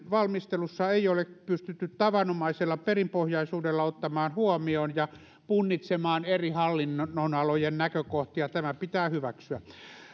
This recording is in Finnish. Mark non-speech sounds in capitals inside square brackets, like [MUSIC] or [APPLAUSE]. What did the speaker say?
[UNINTELLIGIBLE] valmistelussa ei ole pystytty tavanomaisella perinpohjaisuudella ottamaan huomioon ja punnitsemaan eri hallinnonalojen näkökohtia tämä pitää hyväksyä